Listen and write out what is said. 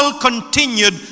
continued